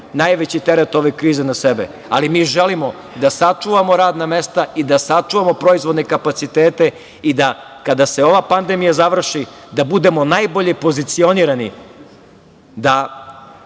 najveći teret ove krize na sebe , ali mi želimo da sačuvamo radna mesta, da sačuvamo proizvodne kapacitete, i da kada se ova pandemija završi, da budemo najbolje pozicionirani, da